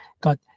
got